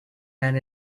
men